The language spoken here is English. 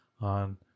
on